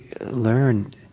learn